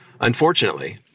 unfortunately